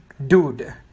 dude